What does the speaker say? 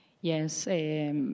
Yes